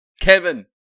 Kevin